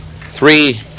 three